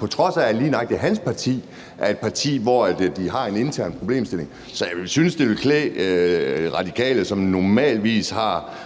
på trods af at lige nøjagtig hans parti er et parti, hvor de har en intern problemstilling, sidder hr. Christian Friis Bach